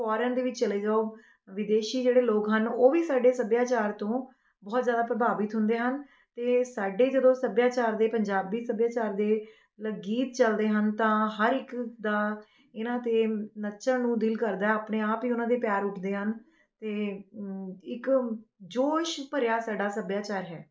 foreign ਦੇ ਵਿੱਚ ਵੀ ਚਲੇ ਜਾਓ ਵਿਦੇਸ਼ੀ ਜਿਹੜੇ ਲੋਕ ਹਨ ਉਹ ਵੀ ਸਾਡੇ ਸੱਭਿਆਚਾਰ ਤੋਂ ਬਹੁਤ ਜ਼ਿਆਦਾ ਪ੍ਰਭਾਵਿਤ ਹੁੰਦੇ ਹਨ ਅਤੇ ਸਾਡੇ ਜਦੋਂ ਸੱਭਿਆਚਾਰ ਦੇ ਪੰਜਾਬੀ ਸੱਭਿਆਚਾਰ ਦੇ ਲ ਗੀਤ ਚੱਲਦੇ ਹਨ ਤਾਂ ਹਰ ਇੱਕ ਦਾ ਇਹਨਾਂ 'ਤੇ ਨੱਚਣ ਨੂੰ ਦਿਲ ਕਰਦਾ ਆਪਣੇ ਆਪ ਹੀ ਉਹਨਾਂ ਦੇ ਪੈਰ ਉੱਠਦੇ ਹਨ ਅਤੇ ਇੱਕ ਜੋਸ਼ ਭਰਿਆ ਸਾਡਾ ਸੱਭਿਆਚਾਰ ਹੈ